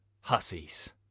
hussies